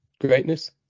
greatness